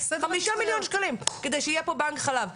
חמישה מיליון שקלים כדי שיהיה פה בנק חלב.